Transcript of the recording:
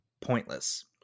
pointless